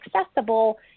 accessible